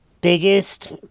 biggest